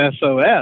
SOS